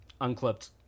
Unclipped